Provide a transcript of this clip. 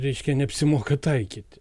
reiškia neapsimoka taikyti